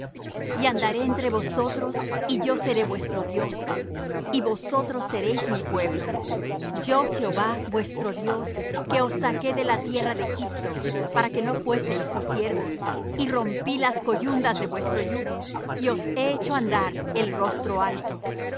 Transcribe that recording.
y andaré entre vosotros y yo seré vuestro dios y vosotros seréis mi pueblo yo jehová vuestro dios que os saqué de la tierra de egipto para que no fueseis sus siervos y rompí las coyundas de vuestro yugo y os he hecho andar el rostro alto